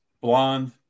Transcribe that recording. blonde